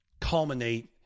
culminate